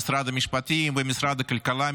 משרד המשפטים ומשרד הכלכלה,